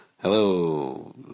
Hello